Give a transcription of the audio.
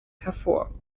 hervor